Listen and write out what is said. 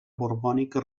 borbònica